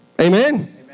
Amen